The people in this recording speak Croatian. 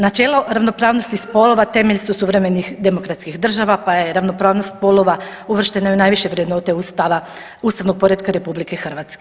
Načelo ravnopravnosti spolova temelj su suvremenih demokratskih država pa je ravnopravnost spolova uvrštena i u najviše vrednote ustavnog poretka RH.